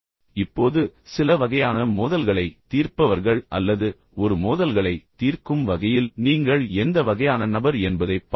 இப்போது சில வகையான மோதல்களைத் தீர்ப்பவர்கள் அல்லது ஒரு மோதல்களைத் தீர்க்கும் வகையில் நீங்கள் எந்த வகையான நபர் என்பதைப் பார்ப்போம்